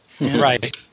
right